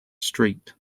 street